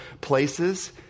places